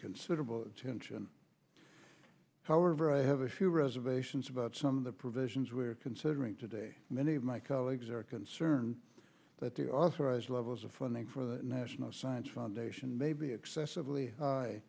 considerable attention however i have a few reservations about some of the provisions we are considering today many of my colleagues are concerned that the authorized levels of funding for the national science foundation may be excessively hi